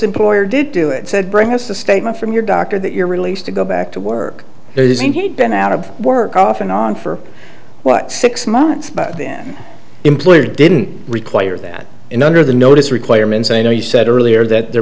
employer did do it said bring us a statement from your doctor that you're released to go back to work there is indeed been out of work off and on for what six months but then employer didn't require that in under the notice requirements i know you said earlier that there